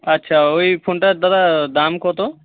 আচ্ছা ওই ফোনটার দাদা দাম কতো